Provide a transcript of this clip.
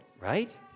right